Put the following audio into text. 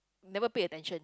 never pay attention